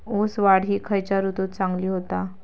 ऊस वाढ ही खयच्या ऋतूत चांगली होता?